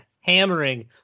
hammering